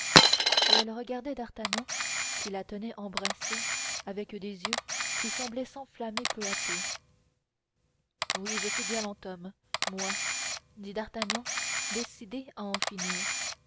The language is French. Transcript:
et elle regardait d'artagnan qui la tenait embrassée avec des yeux qui semblaient s'enflammer peu à peu oui je suis galant homme moi dit d'artagnan décidé à en finir